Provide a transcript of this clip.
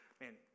man